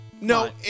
no